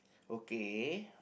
okay